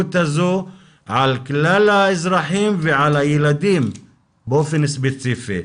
המדיניות הזאת על כלל האזרחים ועל הילדים באופן ספציפי.